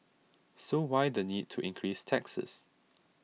so why the need to increase taxes